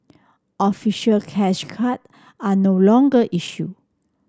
official cash card are no longer issue